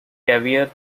caviar